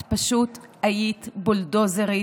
את פשוט היית בולדוזרית,